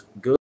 good